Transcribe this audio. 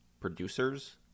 producers